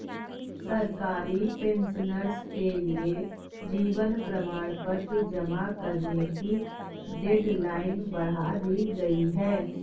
सरकारी पेंशनर्स के लिए जीवन प्रमाण पत्र जमा करने की डेडलाइन बढ़ा दी गई है